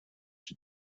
she